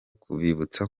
kubibutsa